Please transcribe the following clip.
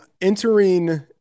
entering